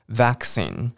vaccine